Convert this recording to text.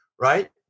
right